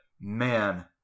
man